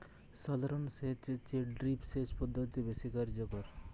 সাধারণ সেচ এর চেয়ে ড্রিপ সেচ পদ্ধতি বেশি কার্যকর